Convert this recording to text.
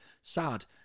Sad